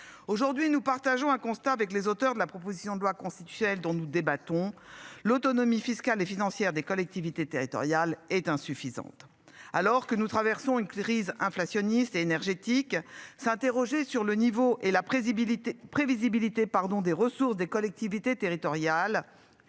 aujourd'hui nous partageons un constat avec les auteurs de la proposition de loi constitutionnelle dont nous débattons l'autonomie fiscale et financière des collectivités territoriales est insuffisante alors que nous traversons une crise inflationniste énergétique s'interroger sur le niveau et la présider prévisibilité pardon des ressources des collectivités territoriales.